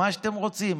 מה שאתם רוצים,